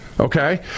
Okay